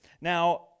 Now